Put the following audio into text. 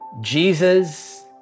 Jesus